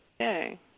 Okay